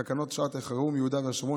תקנות שעת-חירום (יהודה והשומרון,